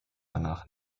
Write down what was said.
danach